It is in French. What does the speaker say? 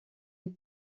une